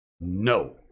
no